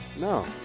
No